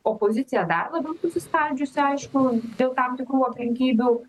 opozicija dar labiau susiskaldžiusi aišku dėl tam tikrų aplinkybių